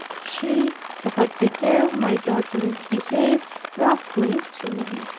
she who had the care of my daughter behaved roughly to me.